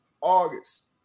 August